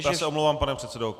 Já se omlouvám, pane předsedo.